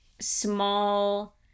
small